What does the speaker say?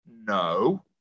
no